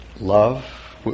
love